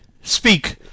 Speak